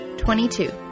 Twenty-two